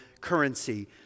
currency